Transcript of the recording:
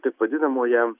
taip vadinamoje